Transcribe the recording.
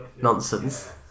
Nonsense